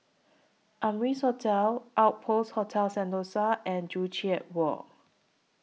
Amrise Hotel Outpost Hotel Sentosa and Joo Chiat Walk